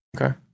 Okay